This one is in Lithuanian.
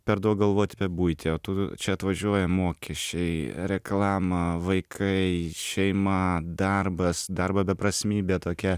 per daug galvot apie buitį o tu čia atvažiuoji mokesčiai reklama vaikai šeima darbas darbo beprasmybė tokia